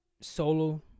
solo